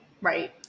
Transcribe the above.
Right